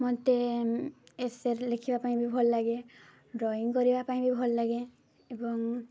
ମତେ ଏସ୍ଏ ଲେଖିବା ପାଇଁ ବି ଭଲ ଲାଗେ ଡ୍ରଇଂ କରିବା ପାଇଁ ବି ଭଲ ଲାଗେ ଏବଂ